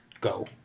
go